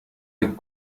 est